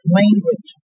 language